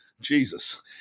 Jesus